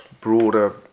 broader